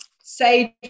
Sage